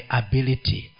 ability